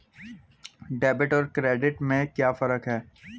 Debit और credit में क्या फर्क है?